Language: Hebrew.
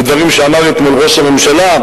לדברים שאמר אתמול ראש הממשלה,